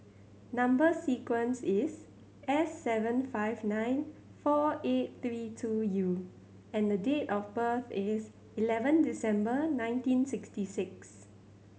number sequence is S seven five nine four eight three two U and date of birth is eleven December nineteen sixty six